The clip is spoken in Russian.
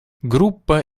группа